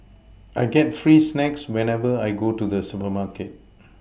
I get free snacks whenever I go to the supermarket